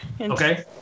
Okay